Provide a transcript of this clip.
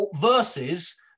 versus